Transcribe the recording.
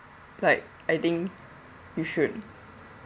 like I think you should